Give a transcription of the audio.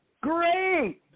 Great